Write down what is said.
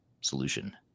solution